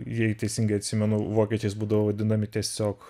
jei teisingai atsimenu vokiečiais būdavo vadinami tiesiog